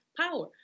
power